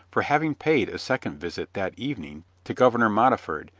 for having paid a second visit that evening to governor modiford,